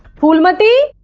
phoolmati?